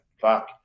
fuck